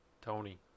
Tony